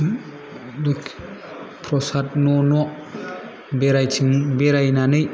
न' न' बेरायथिं बेरायनानै